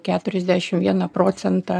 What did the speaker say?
keturiasdešim vieną procentą